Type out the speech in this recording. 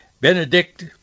Benedict